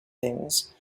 things